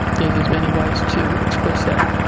there's there's many ways to express that.